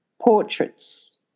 Portraits